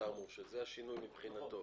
זה השינוי מבחינתו.